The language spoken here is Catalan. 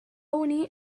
unir